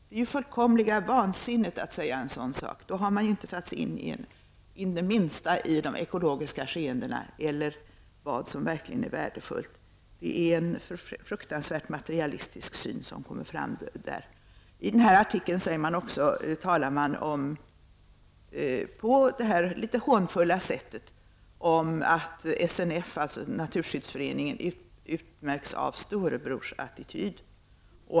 Det är ju fullkomligt vansinnigt att säga en sådan sak -- då har man inte satt sig in det minsta i de ekologiska skeendena, eller vad som verkligen är värdefullt. Det är en fruktansvärt materialistisk syn som här kommer fram. I denna artikel talar man också på ett litet hånfullt sätt om att SNF, Naturskyddsföreningen, utmärks av storebrorsattityd.